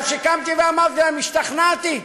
עד שקמתי ואמרתי להם: השתכנעתי,